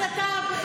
אז אתה,